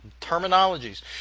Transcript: terminologies